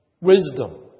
wisdom